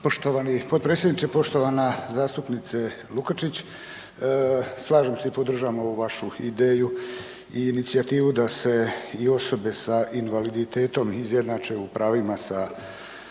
Poštovani potpredsjedniče. Poštovana zastupnice Lukačić. Slažem se i podržavam ovu vašu ideju i inicijativu da se i osobe s invaliditetom izjednače u pravima sa